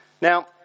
now